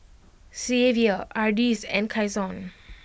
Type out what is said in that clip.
Xzavier Ardis and Kyson